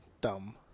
Dumb